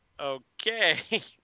okay